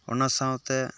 ᱚᱱᱟ ᱥᱟᱶᱛᱮ